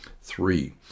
Three